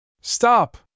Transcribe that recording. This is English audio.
Stop